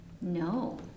No